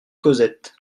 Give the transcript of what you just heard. causette